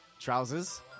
Trousers